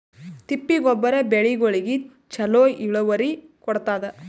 ತಿಪ್ಪಿ ಗೊಬ್ಬರ ಬೆಳಿಗೋಳಿಗಿ ಚಲೋ ಇಳುವರಿ ಕೊಡತಾದ?